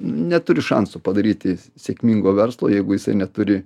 neturi šansų padaryti sėkmingo verslo jeigu jisai neturi